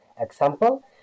example